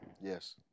Yes